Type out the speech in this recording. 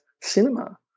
cinema